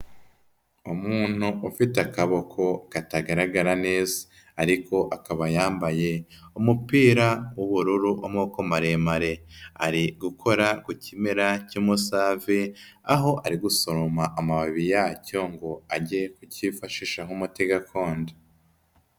Umuntu ufite akaboko katagaragara neza ariko akaba yambaye umupira w'ubururu w'amaboko maremare, ari gukora ku kimera cy'umusave aho ari gusoroma amababi yacyo ngo ajye kucyifashisha nk'umuti gakondo.